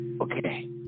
okay